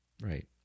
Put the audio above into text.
Right